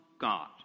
God